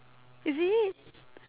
is it